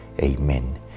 Amen